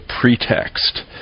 pretext